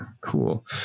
Cool